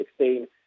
2016